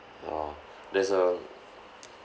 orh there's a